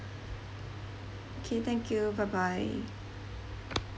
okay thank you bye bye